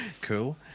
cool